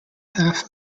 half